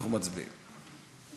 אנחנו מצביעים.